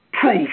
proof